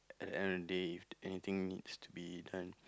at the end of the day if anything needs to be done